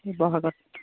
Sivasagar